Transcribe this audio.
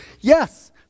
Yes